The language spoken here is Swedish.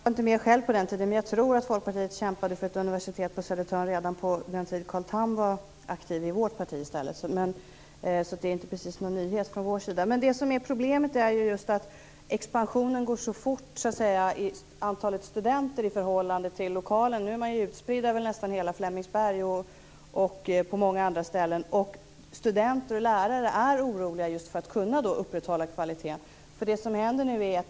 Fru talman! Jag var inte med på den tiden, men jag tror att Folkpartiet kämpade för ett universitet på Södertörn redan på den tiden Carl Tham var aktiv i vårt parti. Det är inte precis någon nyhet. Problemet är just att expansionen går så fort i antalet studenter i förhållande till lokalerna. Nu är de utspridda över nästan hela Flemingsberg och på många andra ställen. Studenter och lärare är oroliga för att kunna upprätthålla kvaliteten.